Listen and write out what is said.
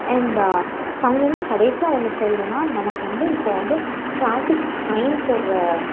and finally கடைசியாக ஒன்று சொல்லணுன்னா நமக்கு வந்து இப்போது வந்து டிராபிக் ஃபைன் போடுற